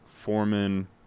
Foreman